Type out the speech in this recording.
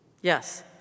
Yes